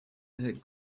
had